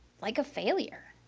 like a failure.